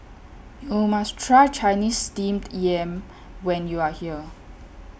YOU must Try Chinese Steamed Yam when YOU Are here